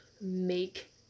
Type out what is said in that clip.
make